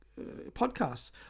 podcasts